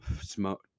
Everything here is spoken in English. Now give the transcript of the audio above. smoke